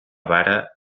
vara